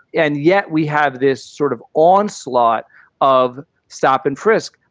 and yet we have this sort of onslaught of stop and frisk.